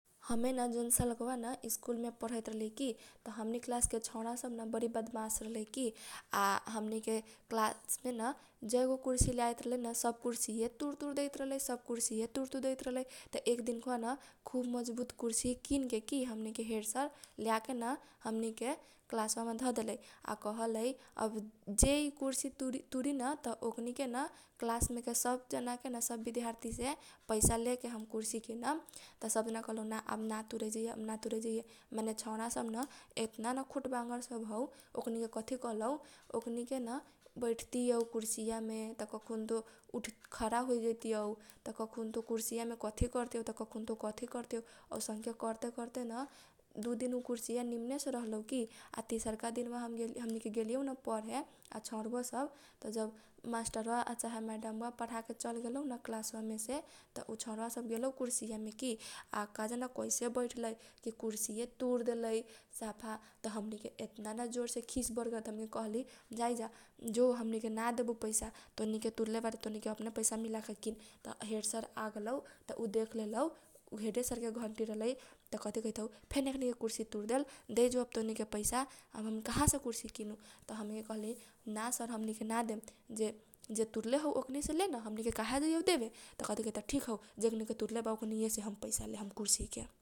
हमेन जौन सालकाबा न स्कूल मे पढैत रहली की हमनी कलासके छौरा सब न बरी बदमास रहलै की। आ हमनी के कलास मेन जैगो कुर्सी लेआइत रहलैन सब कुर्सी ये तुर तुर देइत रहलै सब कुर्सी ये तुर तुर देइत रहलै त एक दिन काबान खुब मजबुत कुर्सी किनकि हमनी के हेड सर लेआ केन हमनी के कलास बा मे धदेलै आ कहलै जे इ कुर्सी तुरी न त ओकनीके न कलास मेके सब जना के न सब विधार्थी सेन पैसा लेके हम कुर्सी किनम त सब जना कहलौ ना अब ना तुरै जैहै अब ना तुरै जैहै माने छौरा सब न एतना न खुटबांगर सब हौ । ओकनीके के कथी कलौ ओकनीके न बैठतियौ कुर्सी या मे त कखुनतो खारा होइतीयौ त कखुनतो कुर्सी या मे कथी करतीयौ त कखुनतो कथी करतीयौ औसनके करते करते न दु दिन उ कुर्सी या निमनेसे रहलौ की। आ तिसरका दिन वा हमनी के गेली यौन पढे आ छौरव सब त जब मासटरवा चाहे माइडमवा पढाके चल गेलौन कलासवा मे से त उ छौरवा सब गेलौ कुर्सी या मे कि आ का जान कसै बैठलै की कुर्सी ये तुरदेलै सफा त हमनी के एतना न जोर से खिस बरगेल त हमनी के कहली जाइजा जो हमनी के ना देबौ पैसा तोनिके तुरले बारे तोनीके अपने पैसा मिलाके किन। त हेड सर आगेलौ त उ दिन देखलेलौ त उ हेडे सर के घण्टी रहलै त कथी कहैत हौ फेन एकनीके कुर्सी तुर देल दैजो अब तोनीके पैसा अब हम कहासे कुर्सी किनु त हमनी के कहली ना सर हमनी के ना देम जे जे तुरले हौ ओकनीसे लेन हमनी के काहे जैयौ देबे त कथी कहैता ठिक हौ। जेकनी के तुरले बा ओकनीएसे हम पैसा लेहम कुर्सी के ।